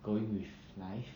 going with life